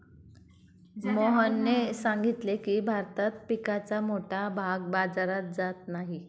मोहनने सांगितले की, भारतात पिकाचा मोठा भाग बाजारात जात नाही